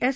S